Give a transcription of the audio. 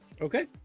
Okay